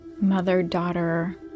mother-daughter